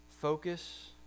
Focus